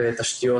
בתשתיות